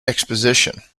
exposition